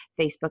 Facebook